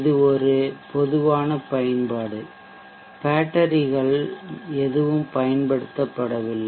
இது ஒரு பொதுவான பயன்பாடு பேட்டரிகள் எதுவும் பயன்படுத்தப்படவில்லை